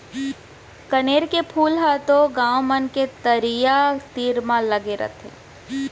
कनेर के फूल ह तो गॉंव मन के तरिया तीर म लगे रथे